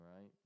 right